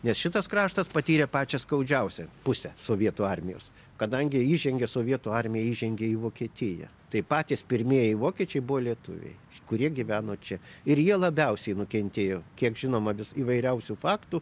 nes šitas kraštas patyrė pačią skaudžiausią pusę sovietų armijos kadangi įžengė sovietų armija įžengė į vokietiją tai patys pirmieji vokiečiai buvo lietuviai kurie gyveno čia ir jie labiausiai nukentėjo kiek žinoma vis įvairiausių faktų